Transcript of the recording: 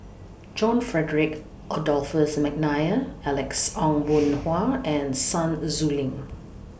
John Frederick Adolphus Mcnair Alex Ong Boon Hau and Sun Xueling